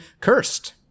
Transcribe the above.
cursed